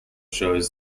shows